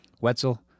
Wetzel